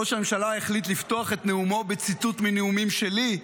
ראש הממשלה החליט לפתוח את נאומו בציטוט מנאומים שלי,